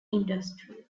industry